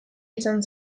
izan